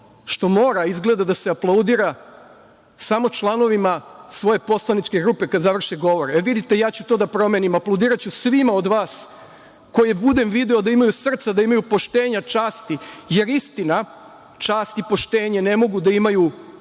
što mora izgleda da se aplaudira samo članovima svoje poslaničke grupe kada završe govor. Vidite, ja ću to da promenim, aplaudiraću svima od vas koje budem video da imaju srca, da imaju poštenja, časti, jer istina, čast i poštenje ne mogu da imaju